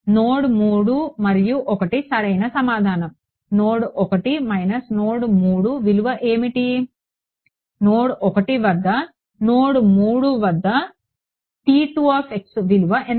node 3 మరియు 1 సరైన సమాధానం నోడ్ 1 మైనస్ నోడ్ 3 విలువ ఏమిటి నోడ్ 1 వద్ద నోడ్ 3 వద్ద విలువ ఎంత